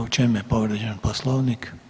U čemu je povrijeđen Poslovnik?